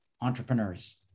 Entrepreneurs